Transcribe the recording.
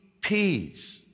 peace